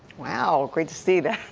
wow great to see that.